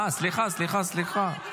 אני פה, אני פה.